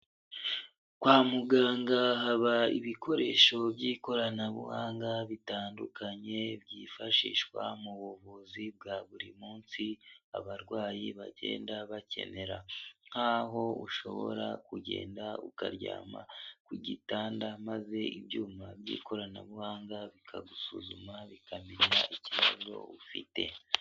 Kwa muganga haba ibikoresho by'ikoranabuhanga bitandukanye byifashishwa mu buvuzi bwa buri munsi abarwayi bagenda bakenera. Nkaho ushobora kugenda ukaryama ku gitanda maze ibyuma by'ikoranabuhanga bikagusuzuma bikamenya ikibazo ufite.